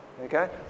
Okay